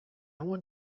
want